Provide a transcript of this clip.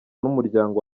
n’umuryango